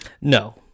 No